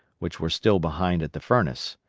which were still behind at the furnace.